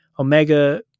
Omega